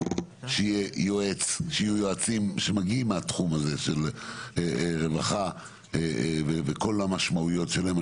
שיהיו יועצים שמגיעים מהתחום הזה של רווחה וכל המשמעויות שלהם,